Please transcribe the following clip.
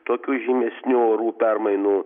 tokių žymesnių orų permainų